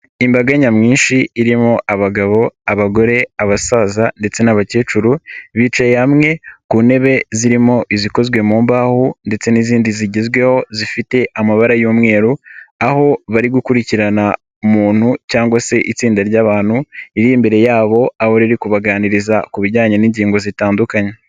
Imbaga nyamwinshi irimo abagabo, abagore, abasaza ndetse n'abakecuru bicaye hamwe ku ntebe zirimo izikozwe mu mbaho ndetse n'izindi zigezweho zifite amabara y'umweru, aho bari gukurikirana umuntu cyangwa se itsinda ry'abantu riri imberere yabo, aho riri kubaganiriza ku bijyanye n'ingingo zitandukanye.